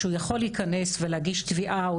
שהוא יכול להיכנס ולהגיש תביעה,